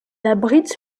abrite